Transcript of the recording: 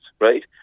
right